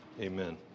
amen